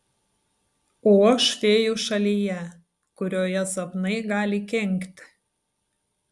o aš fėjų šalyje kurioje sapnai gali kenkti